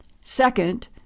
Second